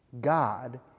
God